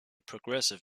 progressive